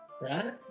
Right